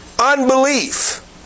unbelief